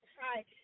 Hi